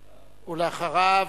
אחריו,